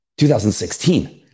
2016